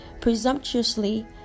presumptuously